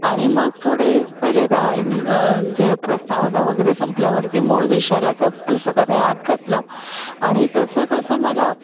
आणि मग थोडे पहिले दहा जे प्रस्तावना वगैरे संपल्यावरती मूळ विषयाला त्या पुस्तकाने हात घातला आणि तसं तसं मला